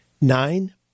nine